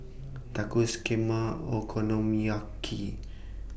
Tacos Kheema Okonomiyaki